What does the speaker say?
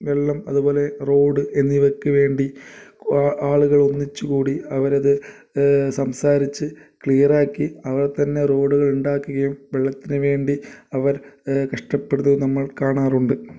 വെള്ളം അതുപോലെ റോഡ് എന്നിവക്ക് വേണ്ടി ആ ആളുകൾ ഒന്നിച്ചുകൂടി അവരത് സംസാരിച്ചു ക്ലിയറാക്കി അവർ തന്നെ റോഡുകൾ ഉണ്ടാക്കുകയും വെള്ളത്തിനു വേണ്ടി അവർ കഷ്ടപ്പെടുന്നതും നമ്മൾ കാണാറുണ്ട്